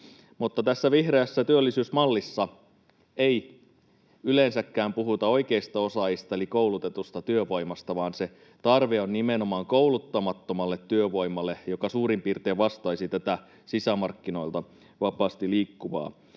tässä vihreässä työllisyysmallissa ei yleensäkään puhuta oikeista osaajista eli koulutetusta työvoimasta, vaan se tarve on nimenomaan kouluttamattomalle työvoimalle, joka suurin piirtein vastaisi sisämarkkinoilla vapaasti liikkuvaa.